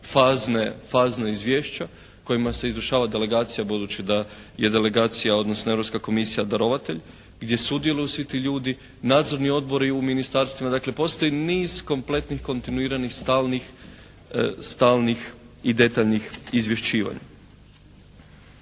fazna izvješća kojima se izvršava delegacija budući da je delegacija, odnosno Europska komisija darovatelj gdje sudjeluju svi ti ljudi, nadzorni odbori u ministarstvima. Dakle postoji niz kompletnih kontinuiranih stalnih i detaljnih izvješćivanja.